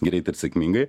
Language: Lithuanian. greitai ir sėkmingai